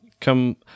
come